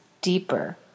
deeper